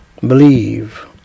Believe